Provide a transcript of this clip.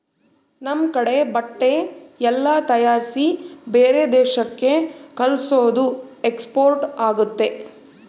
ನಮ್ ಕಡೆ ಬಟ್ಟೆ ಎಲ್ಲ ತಯಾರಿಸಿ ಬೇರೆ ದೇಶಕ್ಕೆ ಕಲ್ಸೋದು ಎಕ್ಸ್ಪೋರ್ಟ್ ಆಗುತ್ತೆ